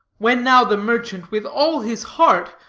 when now the merchant, with all his heart,